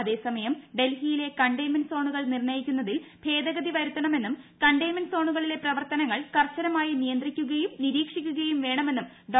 അതേസമയം ഡൽഹിയിലെ ക്കർണ്ടെയ്ൻമെന്റ് സോണുകൾ നിർണയിക്കുന്നതിൽ ഭേദഗൃതി പ്രരുത്തണമെന്നും കണ്ടെയ്ൻ മെന്റ് സോണുകളില്പെട്ടു പ്രവർത്തനങ്ങൾ കർശനമായി നിയന്ത്രിക്കുകയും നിതീക്ഷിക്കുകയും വേണമെന്നും ഡോ